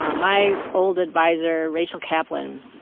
um my old adviser, rachel kaplan,